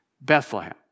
Bethlehem